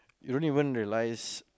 you don't even realise